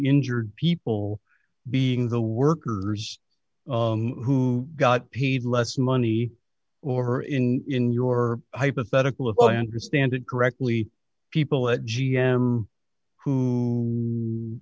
injured people being the workers who got paid less money or in in your hypothetical if i understand it correctly people at g